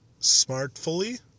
smartfully